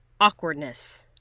awkwardness